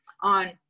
on